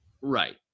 Right